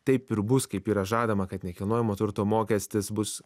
taip ir bus kaip yra žadama kad nekilnojamo turto mokestis bus